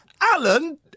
Alan